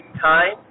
time